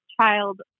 child